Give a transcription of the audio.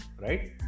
right